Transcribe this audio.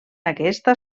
aquesta